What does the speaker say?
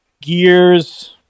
gears